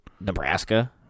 Nebraska